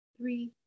three